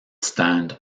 stand